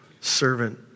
servant